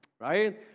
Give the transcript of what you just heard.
right